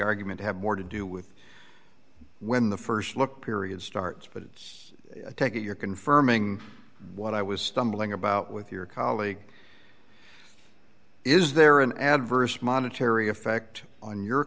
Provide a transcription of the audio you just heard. argument have more to do with when the st look period starts but i take it you're confirming what i was stumbling about with your colleague is there an adverse monetary effect on your